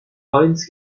finds